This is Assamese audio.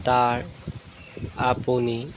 তাৰ আপুনি